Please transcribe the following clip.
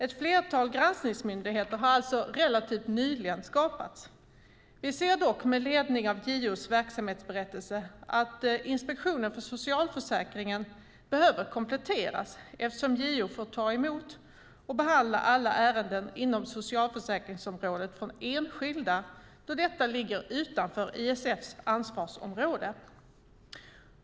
Ett flertal granskningsmyndigheter har alltså relativt nyligen skapats. Vi ser dock med ledning av JO:s verksamhetsberättelse att Inspektionen för socialförsäkringen behöver kompletteras eftersom JO får ta emot och behandla alla ärenden inom socialförsäkringsområdet från enskilda då detta ligger utanför ISF:s ansvarsområde.